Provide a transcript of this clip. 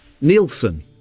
nielsen